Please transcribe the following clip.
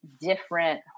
different